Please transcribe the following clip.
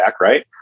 right